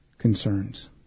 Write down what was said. Concerns